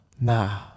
Nah